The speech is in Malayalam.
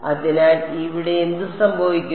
അതിനാൽ ഇവിടെ എന്ത് സംഭവിക്കും